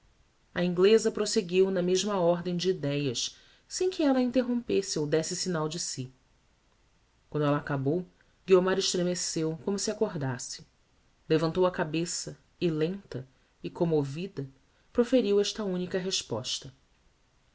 a ingleza proseguiu na mesma ordem de ideias sem que ella a interrompesse ou desse signal de si quando ella acabou guiomar estremeceu como se acordasse levantou a cabeça e lenta e commovida proferiu esta unica resposta